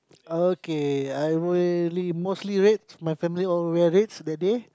okay I will mostly red my family all wear red that day